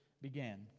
began